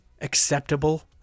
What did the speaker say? acceptable